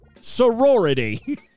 sorority